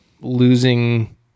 losing